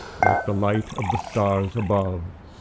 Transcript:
like the light of the stars above.